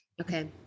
Okay